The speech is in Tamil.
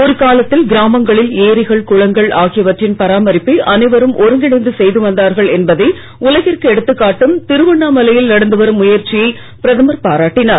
ஒரு காலத்தில் கிராமங்களில் ஏரிகள் குளங்கள் ஆகியவற்றின் பராமரிப்பை அனைவரும் ஒருங்கிணைந்து செய்து வந்தார்கள் என்பதை உலகிற்கு எடுத்து காட்டும் திருவண்ணாமலையில் நடந்து வரும் முயற்சியை பிரதமர் பாராட்டினார்